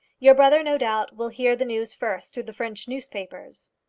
your brother, no doubt, will hear the news first through the french newspapers.